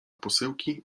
posyłki